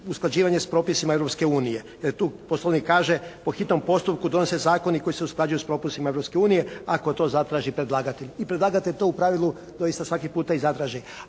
usklađivanje s propisima Europske unije. Tu Poslovnik kaže po hitnom postupku donose se zakoni koji se usklađuju s propisima Europske unije ako to zatraži predlagatelj i predlagatelj to u pravilu doista svaki puta i zatraži.